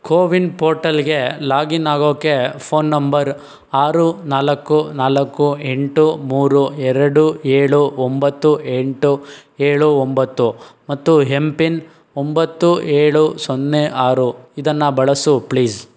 CoWIN ಪೋರ್ಟಲ್ಗೆ login ಆಗೋಕೆ phone number ಆರು ನಾಲ್ಕು ನಾಲ್ಕು ಎಂಟು ಮೂರು ಎರಡು ಏಳು ಒಂಬತ್ತು ಎಂಟು ಏಳು ಒಂಬತ್ತು ಮತ್ತು ಹೆಂ ಪಿನ್ ಒಂಬತ್ತು ಏಳು ಸೊನ್ನೆ ಆರು ಇದನ್ನು ಬಳಸು ಪ್ಲೀಝ್